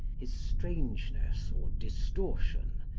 his strangeness or distortion,